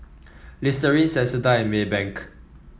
Listerine Sensodyne and Maybank